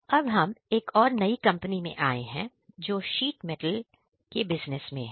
तो यहां हम एक और नई कंपनी में आए हैं जो शीट मेटल सके बिजनेस में है